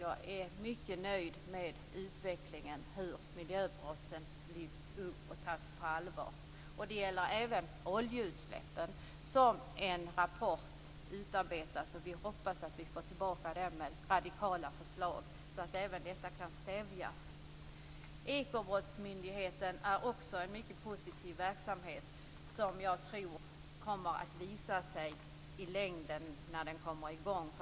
Jag är mycket nöjd med utvecklingen och att miljöbrotten lyfts upp och tas på allvar. Det gäller även oljeutsläppen. En rapport utarbetas. Vi hoppas att vi får tillbaka den med radikala förslag, så att även dessa utsläpp kan stävjas. Ekobrottsmyndigheten driver också en mycket positiv verksamhet, som jag tror kommer att visa sig vara bra i längden när den har kommit i gång.